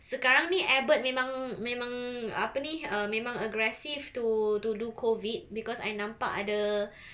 sekarang ni albert memang memang apa ni uh memang aggressive to to do COVID because I nampak ada